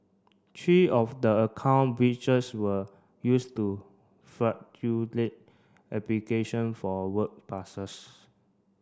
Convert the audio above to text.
three of the account breaches were used to application for work passes